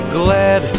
glad